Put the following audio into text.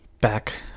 back